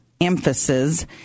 emphasis